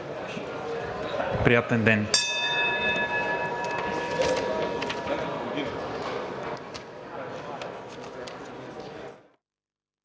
Приятен ден.